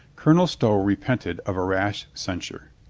colonel stow repented of a rash censure.